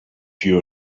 you